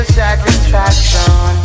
satisfaction